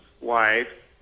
wife